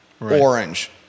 Orange